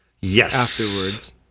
Yes